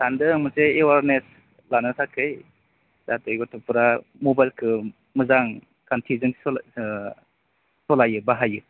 सान्दों आं मोनसे एवारनेस लानो थाखाय जाहाथे गथ'फोरा मबाइलखौ मोजां थांखिजों सालायो बाहायो